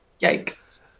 Yikes